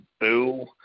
boo